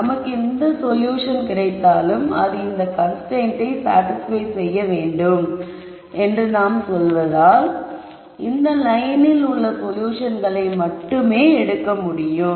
நமக்கு எந்த சொல்யூஷன் கிடைத்தாலும் அது இந்த கன்ஸ்ரைன்ட்டை சாடிஸ்பய் செய்ய வேண்டும் என்று சொல்வதினால் இந்த லயனில் உள்ள சொல்யூஷன்களை மட்டுமே எடுக்க முடியும்